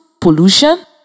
pollution